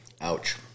Ouch